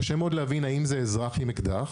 קשה מאוד להבין האם זה אזרח עם אקדח,